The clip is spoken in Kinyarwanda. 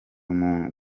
umuntu